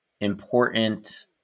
important